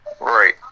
Right